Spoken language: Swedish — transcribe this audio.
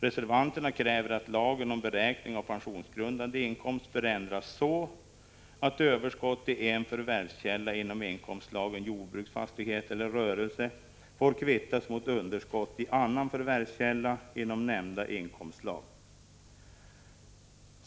Reservanterna kräver att lagen om beräkning av pensionsgrundande inkomst bör ändras så att överskott i en förvärvskälla inom inkomstslagen jordbruksfastighet eller rörelse får kvittas mot underskott i annan förvärvskälla inom nämnda inkomstslag.